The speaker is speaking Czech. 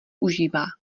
užívá